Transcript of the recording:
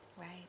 Right